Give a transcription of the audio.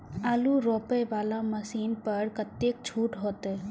आलू रोपे वाला मशीन पर कतेक छूट होते?